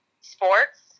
sports